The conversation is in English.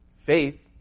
Faith